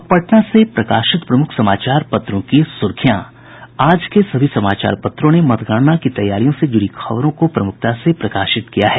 अब पटना से प्रकाशित प्रमुख समाचार पत्रों की सुर्खियां आज के सभी समाचार पत्रों ने मतगणना की तैयारियों से जुड़ी खबरों को प्रमुखता से प्रकाशित किया है